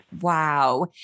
Wow